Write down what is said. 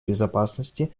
безопасности